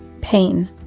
pain